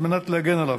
כדי להגן עליו.